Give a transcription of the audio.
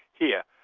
here,